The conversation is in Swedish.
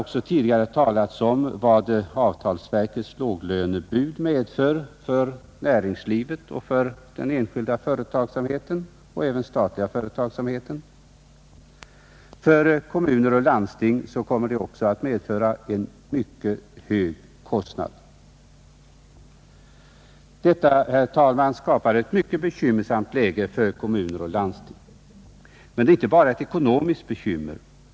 Här har tidigare talats om vad avtalsverkets låglönebud medför för den enskilda och offentliga företagsamheten. För kommuner och landsting kommer det att medföra dryga kostnader. Detta, herr talman, skapar ett mycket bekymmersamt läge för kommuner och landsting. Men det är inte bara ett ekonomiskt bekymmer.